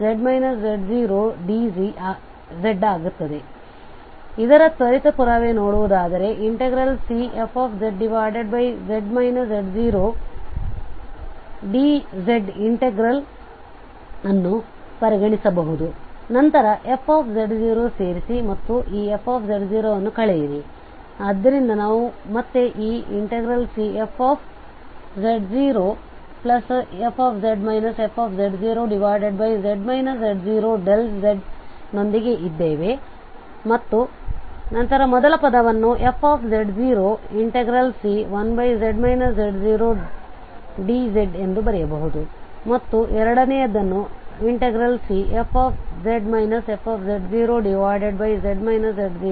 ಆದ್ದರಿಂದ ಇದರ ತ್ವರಿತ ಪುರಾವೆ ನೋಡುವುದಾದರೆ Cfz z0dz ಇನ್ಟೆಗ್ರಲ್ ಅನ್ನು ಪರಿಗಣಿಸಬಹುದು ನಂತರ fಸೇರಿಸಿ ಮತ್ತು ಈ f ಅನ್ನು ಕಳೆಯಿರಿ ಆದ್ದರಿಂದ ನಾವು ಮತ್ತೆ ಈ Cfz0fz fz z0dz ನೊಂದಿಗೆ ಇದ್ದೇವೆ ಮತ್ತು ನಂತರ ಮೊದಲ ಪದವನ್ನು fz0C1z z0dz ಎಂದು ಬರೆಯಬಹುದು ಮತ್ತು ಎರಡನೆಯದನ್ನು Cfz fz z0dz